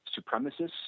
supremacists